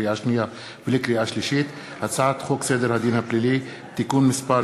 לקריאה שנייה ולקריאה שלישית: הצעת חוק סדר הדין הפלילי (תיקון מס'